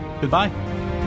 Goodbye